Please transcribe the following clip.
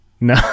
no